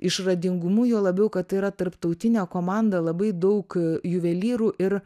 išradingumu juo labiau kad tai yra tarptautinė komanda labai daug juvelyrų ir